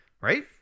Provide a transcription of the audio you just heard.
Right